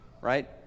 right